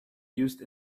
used